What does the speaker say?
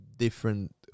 different